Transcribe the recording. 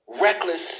reckless